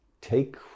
take